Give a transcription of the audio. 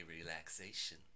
relaxation